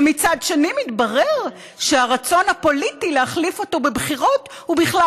ומצד שני מתברר שהרצון הפוליטי להחליף אותו בבחירות הוא בכלל